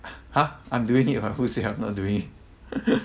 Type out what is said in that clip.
!huh! I'm doing it [what] who say I'm not doing it